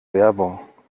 werbung